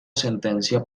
sentencia